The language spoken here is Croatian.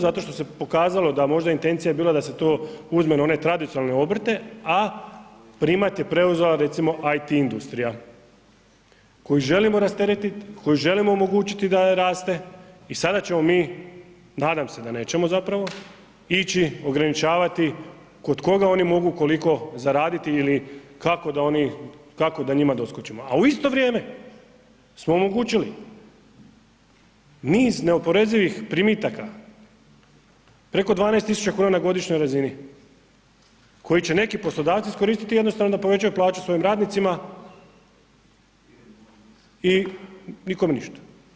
Zato što se pokazalo da možda intencija je bila da se to uzme na one tradicionalne obrte, a primat je preuzela recimo IT industrija koju želimo rasteretit, kojoj želimo omogućit da raste i sada ćemo mi, nadam se da nećemo zapravo, ići ograničavati kod koga oni mogu, koliko zaraditi ili kako da oni, kako da njima doskočimo, a u isto vrijeme smo omogućili mi iz neoporezivih primitaka, preko 12.000,00 kn na godišnjoj razini, koji će neki poslodavci iskoristiti i jednostavno povećaju plaću svojim radnicima i nikom ništa.